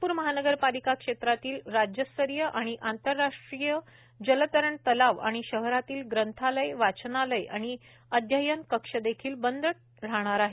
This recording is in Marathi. नागप्र महानगर पालिका क्षेत्रातील राज्यस्तरीय आणि आंतरराष्ट्रीय जलतरण तलाव आणि शहरातील ग्रंथालय वाचनालय आणि अध्ययन कक्ष देखील बंद राहणार आहेत